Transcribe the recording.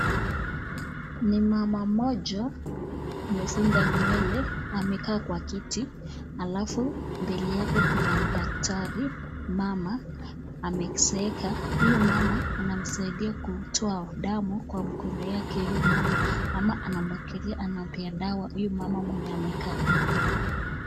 Ni mama moja amefunga nywele amekaa kwa kiti alafu mbele yake kuna daktari. Mama amezeeka. Huyo mama anamsaidia kutoa damu kwa mkono yake huyu mama. Mama anampea dawa huyo mama mwenye amekaa.